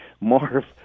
more